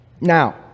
now